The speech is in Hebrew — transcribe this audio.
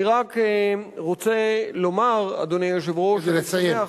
אני רק רוצה לומר, אדוני היושב-ראש, לסיים.